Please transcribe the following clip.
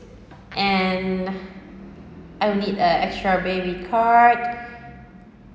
and I'd need a extra baby cot